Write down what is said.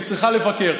היא צריכה לבקר.